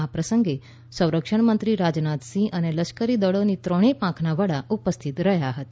આ પ્રસંગે સંરક્ષણ મંત્રી રાજનાથસિંહ લશ્કરી દળોની ત્રણેય પાંખના વડા ઉપસ્થિત રહ્યા હતા